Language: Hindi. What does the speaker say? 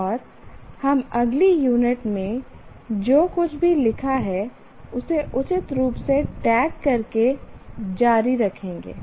और हम अगली यूनिट में जो कुछ भी लिखा है उसे उचित रूप से टैग करके जारी रखेंगे